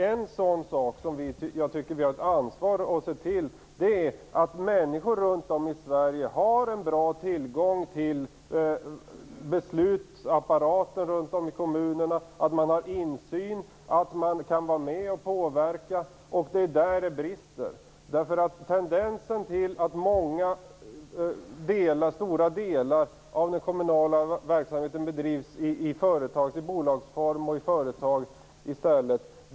En sådan sak som jag tycker att vi har ett ansvar att se till är att människor runt om i Sverige har en bra tillgång till beslutsapparater i kommunerna, insyn och kan vara med och påverka. Det är där det brister. Det finns tendens till att stora delar av den kommunala verksamheten i stället bedrivs i bolagsform, i företag.